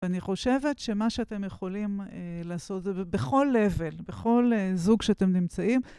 ואני חושבת שמה שאתם יכולים לעשות, בכל לבל, בכל זוג שאתם נמצאים...